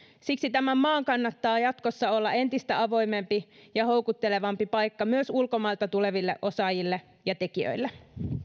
siksi tämän maan kannattaa jatkossa olla entistä avoimempi ja houkuttelevampi paikka myös ulkomailta tuleville osaajille ja tekijöille